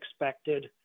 expected